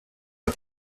the